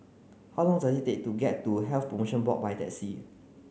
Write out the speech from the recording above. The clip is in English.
how long does it take to get to Health Promotion Board by taxi